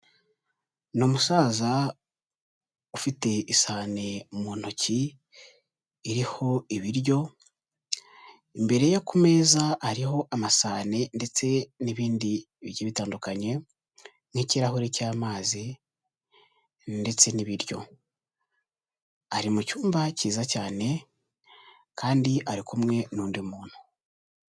Ni umusaza ufite isahani mu ntoki iriho ibiryo, imbere ye ku meza hariho amasahani ndetse n'ibindi bigiye bitandukanye n'ikirahure cy'amazi ndetse n'ibiryo, ari mu cyumba cyiza cyane kandi ari kumwe n'undi muntu.